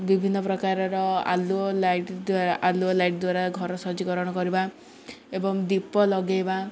ବିଭିନ୍ନ ପ୍ରକାରର ଆଲୁଅ ଲାଇଟ୍ ଆଲୁଅ ଲାଇଟ୍ ଦ୍ୱାରା ଘର ସଜ୍ଜିକରଣ କରିବା ଏବଂ ଦୀପ ଲଗାଇବା